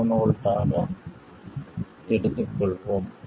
7 V ஆக எடுத்துக்கொள்வோம்